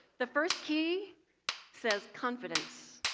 the first key says confidence,